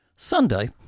Sunday